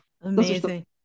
Amazing